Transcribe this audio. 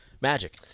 Magic